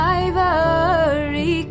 ivory